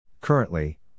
Currently